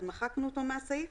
אז מחקנו אותו מהסעיף.